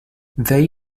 they